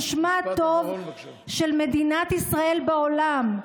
זה שמה הטוב של מדינת ישראל בעולם.